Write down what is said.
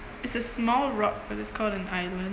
it's a small rock but it's called an island